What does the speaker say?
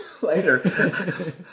later